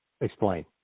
explain